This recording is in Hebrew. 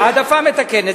העדפה מתקנת.